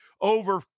over